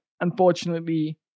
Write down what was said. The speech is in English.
unfortunately